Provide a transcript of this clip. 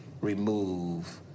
remove